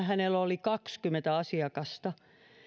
hänellä oli kaksikymmentä asiakasta